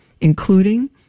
including